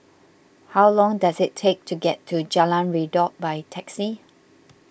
how long does it take to get to Jalan Redop by taxi